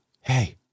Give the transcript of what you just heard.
Hey